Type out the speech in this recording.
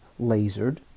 lasered